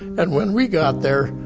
and when we got there,